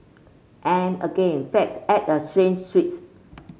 and again fate added a strange twist